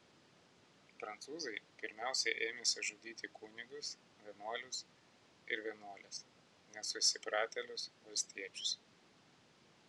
prancūzai pirmiausia ėmėsi žudyti kunigus vienuolius ir vienuoles nesusipratėlius valstiečius